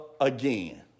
again